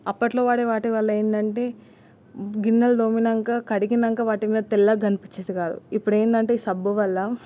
అప్పట్లో వాడే వాటివల్ల ఏందంటే గిన్నెలు తోమినాక కడిగినాక వాటి మీద తెల్లగనిపించేది చాలు ఇప్పుడు ఏందంటే సబ్బు వల్ల